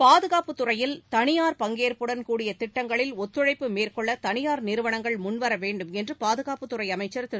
பாதுகாப்புத் துறையில் தனியார் பங்கேற்புடன் கூடிய திட்டங்களில் ஒத்துழைப்பு மேற்கொள்ளதனியார் நிறுவனங்கள் முன்வரவேண்டும் என்றுபாதுகாப்புத் துறைஅமைச்சர் திரு